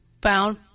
found